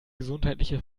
gesundheitliche